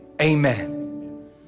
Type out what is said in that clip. amen